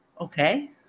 Okay